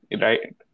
right